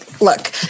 look